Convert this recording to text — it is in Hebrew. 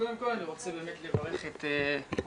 קודם כל אני רוצה באמת לברך את הוועדה